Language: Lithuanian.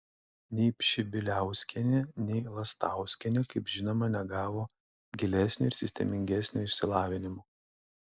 nei pšibiliauskienė nei lastauskienė kaip žinoma negavo gilesnio ir sistemingesnio išsilavinimo